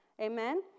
Amen